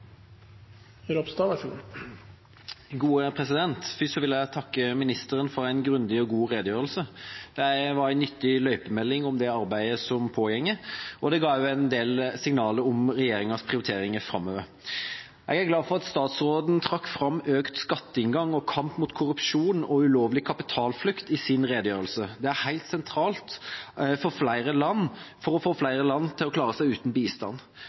Først vil jeg takke ministeren for en grundig og god redegjørelse. Det var en nyttig løypemelding om det arbeidet som pågår, og ga også en del signal om regjeringas prioriteringer framover. Jeg er glad for at statsråden trakk fram økt skatteinngang og kamp mot korrupsjon og ulovlig kapitalflyt i sin redegjørelse. Det er helt sentralt for å få flere land til å klare seg uten bistand.